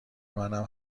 منم